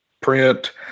print